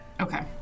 Okay